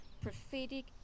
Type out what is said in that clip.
prophetic